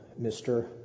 Mr